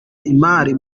imari